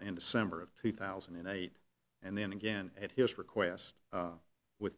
in december of two thousand and eight and then again at his request with